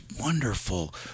wonderful